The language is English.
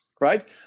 right